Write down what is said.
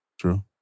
True